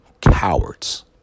cowards